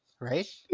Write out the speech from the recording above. Right